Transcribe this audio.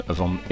van